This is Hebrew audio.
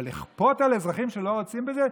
אבל לכפות על האזרחים שלא רוצים בזה?